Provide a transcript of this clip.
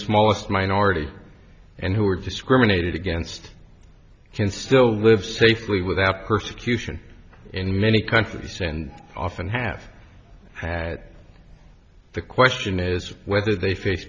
smallest minority and who are discriminated against can still live safely without persecution in many countries and often have had the question is whether they f